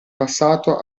passato